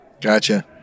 Gotcha